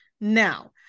Now